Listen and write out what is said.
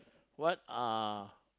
what are